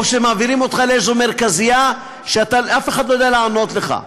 או שמעבירים אותך לאיזו מרכזייה שאף אחד שם לא יודע לענות לך.